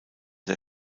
der